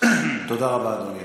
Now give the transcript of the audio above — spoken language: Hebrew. תודה רבה, אדוני.